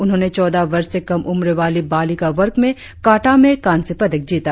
उन्होंने चौदह वर्ष से कम उम्र वाली बालिका वर्ग में काटा में कांस्य पदक जीता